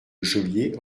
geôlier